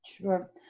Sure